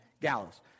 gallows